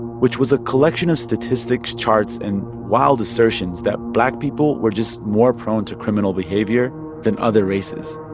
which was a collection of statistics, charts and wild assertions that black people were just more prone to criminal behavior than other races.